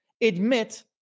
admit